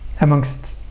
amongst